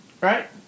right